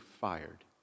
fired